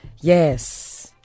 yes